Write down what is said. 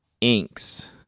inks